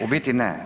U biti ne.